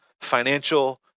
financial